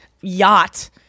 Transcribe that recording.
yacht